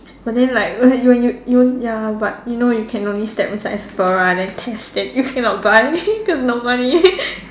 but then like when when you you ya but you know you can only step inside of Sephora then test that you cannot buy cause no money